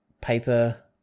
paper